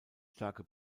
starke